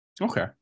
Okay